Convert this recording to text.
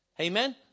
Amen